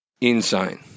Insane